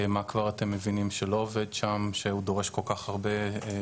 מה אתם מבינים כבר שלא עובד שם שהוא דורש כל כך הרבה תיקונים?